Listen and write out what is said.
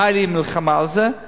ותהיה מלחמה על זה.